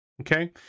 Okay